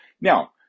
Now